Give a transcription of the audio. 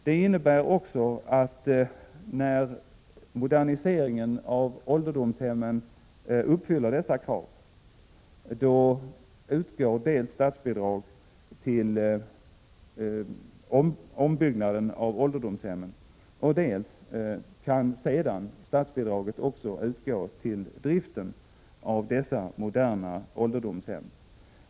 Detta innebär också, att när moderniseringen av ålderdomshemmen uppfyller dessa krav, utgår statsbidrag dels till ombyggnaden av ålderdomshemmen, dels till driften av dessa moderna ålderdomshem.